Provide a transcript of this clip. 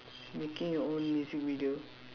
making your own music video